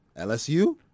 LSU